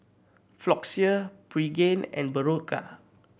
Floxia Pregain and Berocca